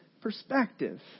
perspective